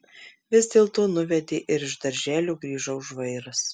vis dėlto nuvedė ir iš darželio grįžau žvairas